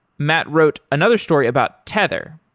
matt wrote another story about tether.